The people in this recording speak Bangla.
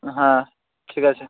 হ্যাঁ ঠিক আছে